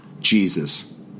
Jesus